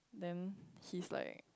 then he's like